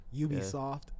Ubisoft